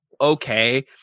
okay